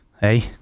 hey